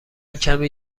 کمی